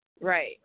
Right